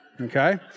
Okay